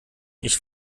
ich